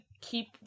keep